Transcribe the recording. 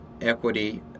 equity